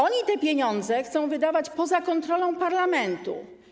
Oni te pieniądze chcą wydawać poza kontrolą parlamentu.